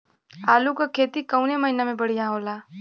आलू क खेती कवने महीना में बढ़ियां होला?